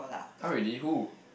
!huh! really who